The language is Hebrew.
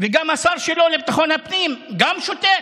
וגם השר שלו לביטחון הפנים, גם הוא שותק.